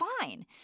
fine